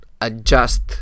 adjust